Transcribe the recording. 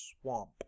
swamp